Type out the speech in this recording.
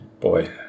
boy